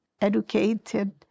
educated